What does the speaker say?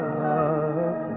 love